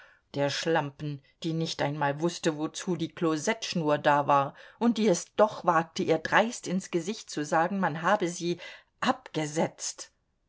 der schlampen die nicht einmal wußte wozu die klosettschnur da war und die es doch wagte ihr dreist ins gesicht zu sagen man habe sie abgesetzt